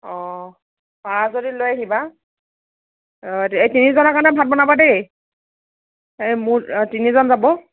অঁ পাৰা যদি লৈ আহিবা এই তিনিজনৰ কাৰণে ভাত বনাবা দেই মোৰ তিনিজন যাব